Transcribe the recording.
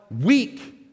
weak